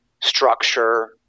structure